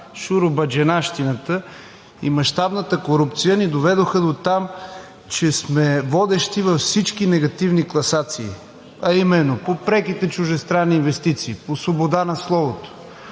шуробаджанащината и мащабната корупция, ни доведоха дотам, че сме водещи във всички негативни класации, а именно: по преките чуждестранни инвестиции, по свобода на словото,